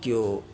केओ